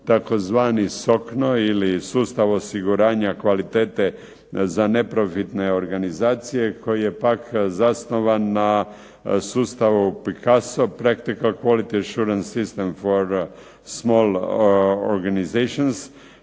tzv. SOKNO ili sustav osiguranja kvalitete za neprofitne organizacije koji je pak zasnovan na sustavu PQASSO Practical Quality Assurance System for Small Organisations